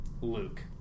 Luke